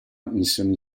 missioni